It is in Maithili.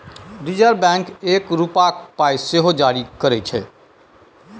रिजर्ब बैंक एक रुपाक पाइ सेहो जारी करय छै